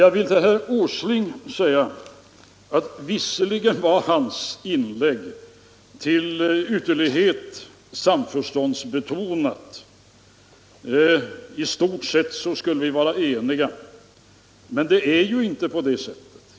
Herr Åslings inlägg var till ytterlighet samförståndsbetonat. Enligt herr Åsling skulle vi vara i stort sett eniga. Men så är det ju inte.